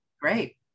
Great